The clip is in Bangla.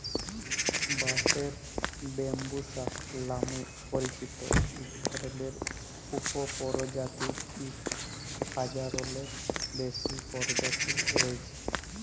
বাঁশের ব্যম্বুসা লামে পরিচিত ইক ধরলের উপপরজাতির ইক হাজারলেরও বেশি পরজাতি রঁয়েছে